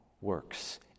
works